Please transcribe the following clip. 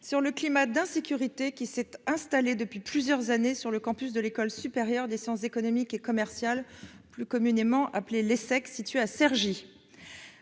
sur le climat d'insécurité qui s'est installé depuis plusieurs années sur le campus de l'école supérieure des sciences économiques et commerciales, l'Essec, situé à Cergy.